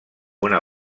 una